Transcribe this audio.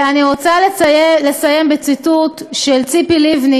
אני רוצה לסיים בציטוט של ציפי לבני,